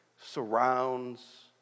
surrounds